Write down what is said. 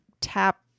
tap